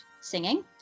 singing